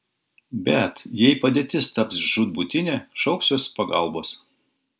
bet jei padėtis taps žūtbūtinė šauksiuosi pagalbos